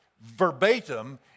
verbatim